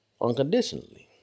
unconditionally